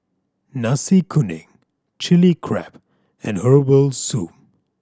Nasi Kuning Chilli Crab and herbal soup